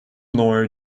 noir